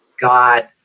God